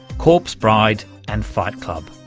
corpse bride and fight club.